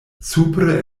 supre